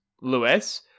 Lewis